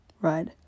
right